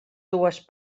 dues